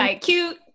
cute